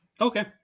Okay